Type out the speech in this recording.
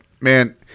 man